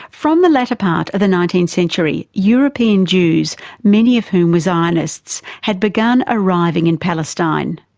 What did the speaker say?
from the latter part of the nineteenth century, european jews, many of whom were zionists, had begun arriving in palestine.